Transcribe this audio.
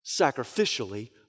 sacrificially